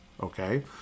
okay